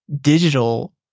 digital